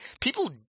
People